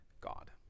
God